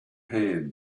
hand